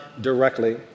directly